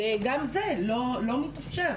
גם זה לא מתאפשר,